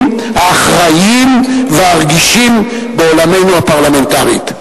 האחראיים והרגישים בעולמנו הפרלמנטרי.